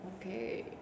okay